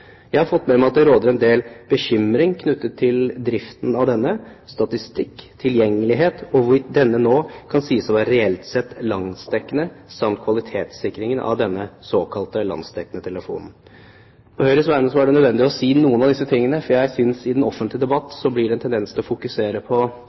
Jeg har fått med meg at det råder en del bekymring knyttet til driften av denne, statistikk, tilgjengelighet og hvorvidt denne nå kan sies å være reelt sett landsdekkene, samt kvalitetssikringen av denne såkalte landsdekkende telefonen. På Høyres vegne var det nødvendig å si noen av disse tingene, for jeg synes at i den offentlige debatt